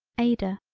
aider,